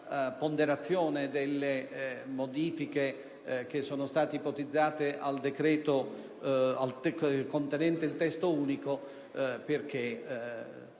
ponderazione delle modifiche che sono state ipotizzate al decreto contenente il testo unico, perché